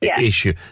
issue